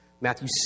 Matthew